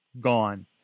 Gone